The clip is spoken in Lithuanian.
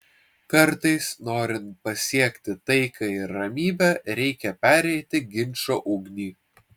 kartais norint pasiekti taiką ir ramybę reikia pereiti ginčo ugnį